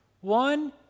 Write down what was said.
One